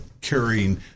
carrying